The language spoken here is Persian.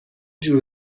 جور